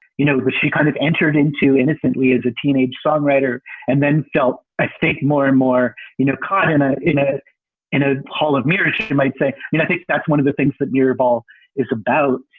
you know, but she kind of entered into innocently as a teenage songwriter and then felt, i think, more and more, you know, caught in a in a in a hall of mirrors, you might say. and i think that's one of the things that mirrorball is about.